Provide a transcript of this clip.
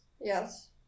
yes